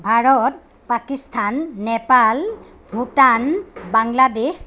Bharat Pakistan Nepal Bhutan Bangladesh